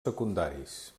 secundaris